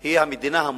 היא המדינה המובילה,